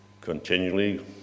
continually